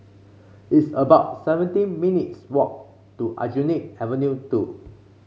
it's about seventeen minutes' walk to Aljunied Avenue Two